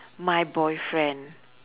my boyfriend